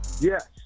Yes